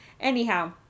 anyhow